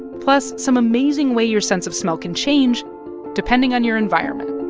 plus some amazing way your sense of smell can change depending on your environment